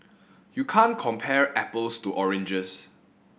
you can't compare apples to oranges